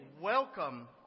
Welcome